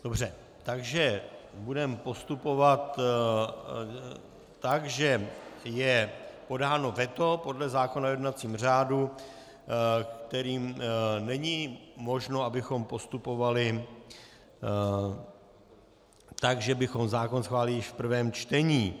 Dobře, takže budeme postupovat tak, že je podáno veto podle zákona o jednacím řádu, kterým není možno, abychom postupovali tak, že bychom zákon schválili již v prvém čtení.